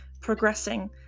progressing